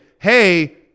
hey